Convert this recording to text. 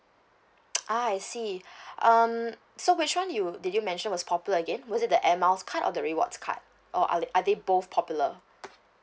ah I see um so which one you did you mention was popular again was it the air miles card or the rewards card or are they are they both popular